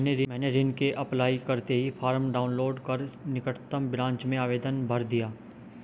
मैंने ऋण के अप्लाई करते ही फार्म डाऊनलोड कर निकटम ब्रांच में आवेदन भर दिया